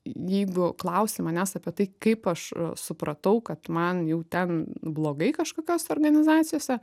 jeigu klausi manęs apie tai kaip aš supratau kad man jau ten blogai kažkokiose organizacijose